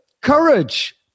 courage